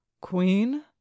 Queen